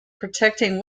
protecting